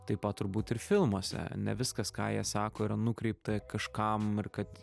taip pat turbūt ir filmuose ne viskas ką jie sako yra nukreipta kažkam ir kad